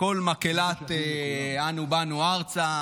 כל מקהלת אנו באנו ארצה,